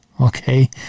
okay